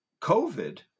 COVID